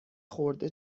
خورده